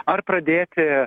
ar pradėti